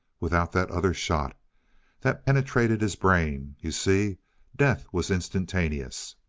without that other shot that penetrated his brain, you see death was instantaneous.